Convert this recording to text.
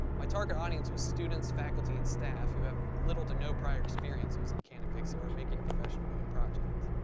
my target audience was students, faculty, and staff, who have little to no prior experience using a and vixia or making a professional video project.